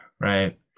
right